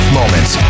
moments